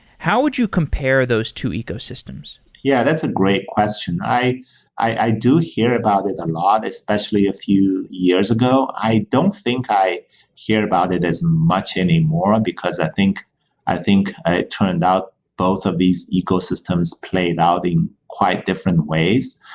how would you compare those two ecosystems? yeah, that's a great question. i i do hear about it a lot especially a few years ago. i don't think i hear about it as much anymore, because i think i think ah it turned out both of these ecosystems played out in quite different ways.